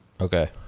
Okay